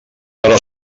però